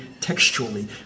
textually